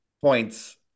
points